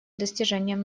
достижением